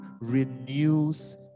renews